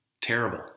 terrible